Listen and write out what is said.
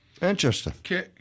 Interesting